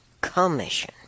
commission